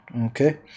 Okay